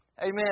Amen